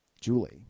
Julie